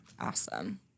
Awesome